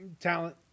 talent